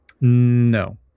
No